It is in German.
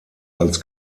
als